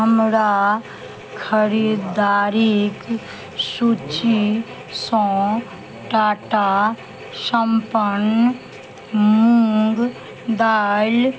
हमरा खरीददारीक सूचीसँ टाटा सम्पन्न मूङ्ग दालि